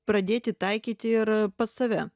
pradėti taikyti ir pas save